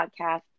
podcast